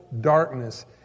darkness